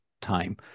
time